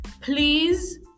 please